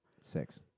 Six